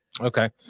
Okay